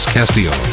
Castillo